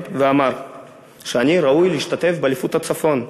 ואמר שאני ראוי להשתתף באליפות הצפון.